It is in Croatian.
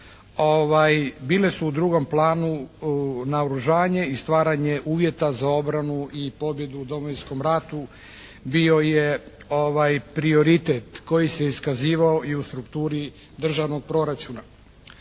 bile su u drugom planu naoružanje i stvaranje uvjeta za obranu i pobjedu u Domovinskom ratu bio je prioritet koji se iskazivao i u strukturi državnog proračuna.